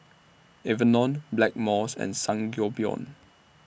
Enervon Blackmores and Sangobion